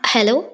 hello